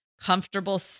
comfortable